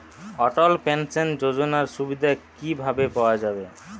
অটল pension যোজনার সুবিধা কি ভাবে পাওয়া যাবে?